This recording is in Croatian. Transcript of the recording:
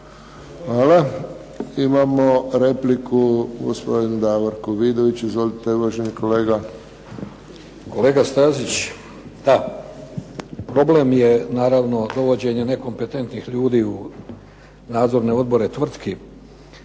Hvala. Imamo repliku, gospodin Davorko Vidović. Izvolite uvaženi kolega. **Vidović, Davorko (SDP)** Kolega Stazić, da problem je naravno dovođenja nekompetentnih ljudi u nadzorne odbore tvrtki